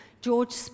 George